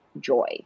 joy